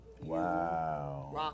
Wow